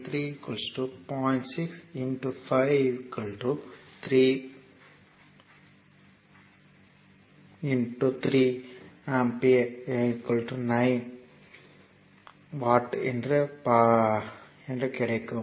6 5 3 volt 3 ampere என்று பார்த்தோம்